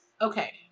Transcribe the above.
okay